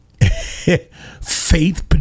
Faith